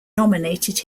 nominated